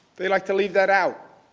they like to leave that out.